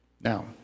Now